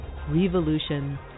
Revolution